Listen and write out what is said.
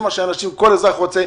זה מה שכל אזרח רוצה,